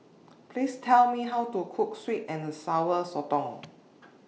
Please Tell Me How to Cook Sweet and Sour Sotong